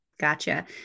gotcha